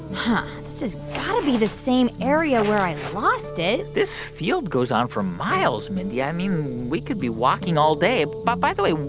but this has got to be the same area where i lost it this field goes on for miles, mindy. i mean, we could be walking all day. by by the way,